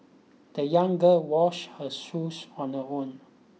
the young girl washed her shoes on her own